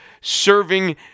serving